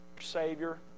Savior